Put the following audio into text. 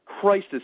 crisis